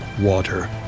water